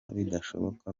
bidashoboka